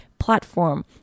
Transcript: platform